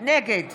נגד